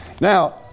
Now